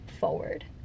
forward